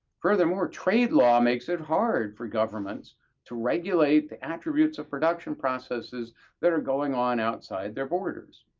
furthermore, trade law makes it hard for governments to regulate the attributes of production processes that are going on outside their borders.